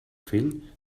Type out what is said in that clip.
fill